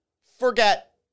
forget